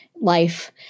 life